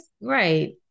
Right